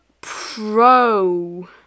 Pro